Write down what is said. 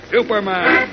Superman